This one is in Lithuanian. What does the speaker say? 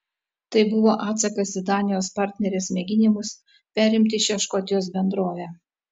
tai buvo atsakas į danijos partnerės mėginimus perimti šią škotijos bendrovę